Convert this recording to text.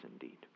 indeed